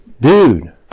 Dude